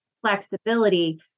flexibility